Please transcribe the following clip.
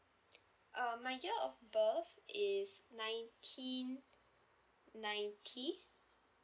uh my year of birth is nineteen ninety